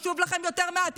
כמשפחה אחת.